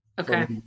okay